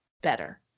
better